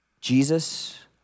Jesus